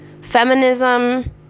feminism